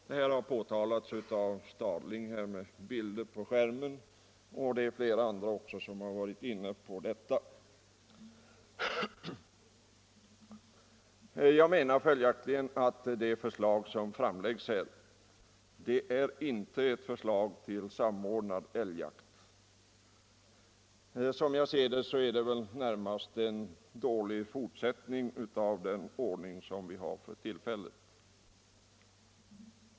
Detta har framhållits av flera talare, och herr Stadling visade ju även bilder på TV skärmen som belyste saken. Jag menar att det förslag som framlagts här är inte ett förslag till samordnad älgjakt. Som jag ser det är det närmast en dålig fortsättning på den ordning som vi har för tillfället.